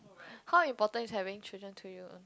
how important is having children to you